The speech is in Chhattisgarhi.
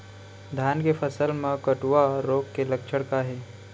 धान के फसल मा कटुआ रोग के लक्षण का हे?